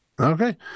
okay